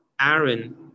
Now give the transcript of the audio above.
Aaron